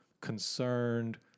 concerned